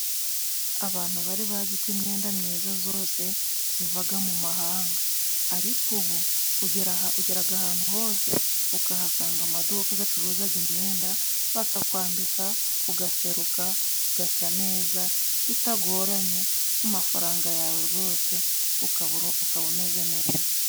Abantu bari bazi ko imyenda myiza zose zivaga mumahanga, ariko ubu ugeraga ahantu hose ukahasanga amaduka gacuruzaga imyenda, bakakwambika ugaseruka ugasa neza bitagoranye, kumafaranga yawe rwose ukabura ukaba umeze neza.